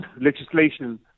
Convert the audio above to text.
legislation